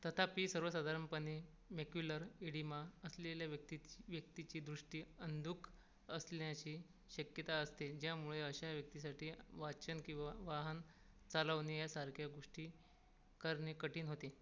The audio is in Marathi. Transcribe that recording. तथापि सर्वसाधारणपणे मॅक्युलर एडिमा असलेल्या व्यक्तीच् व्यक्तीची दृष्टी अंधुक असल्याची शक्यता असते ज्यामुळे अशा व्यक्तीसाठी वाचन किंवा वाहन चालवणे यासारख्या गोष्टी करणे कठीण होते